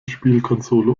spielkonsole